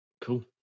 Cool